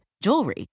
jewelry